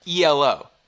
ELO